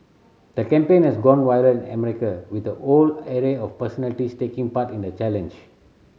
the campaign has gone viral in America with a whole array of personalities taking part in the challenge